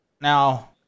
Now